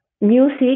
music